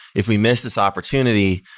if we miss this opportunity,